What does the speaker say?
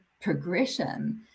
progression